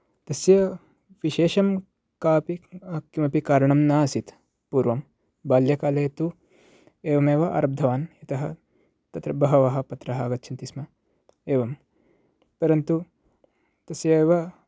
तस्य विशेषं कापि किमपि कारणं न आसीत् पूर्वं बाल्यकाले तु एवमेव आरब्धवान् अतः तत्र बहवः पत्राः आगच्छन्ति स्म एवं परन्तु तस्य एव